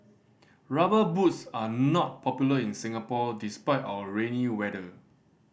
Rubber Boots are not popular in Singapore despite our rainy weather